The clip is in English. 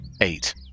Eight